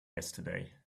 yesterday